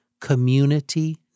community